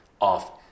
off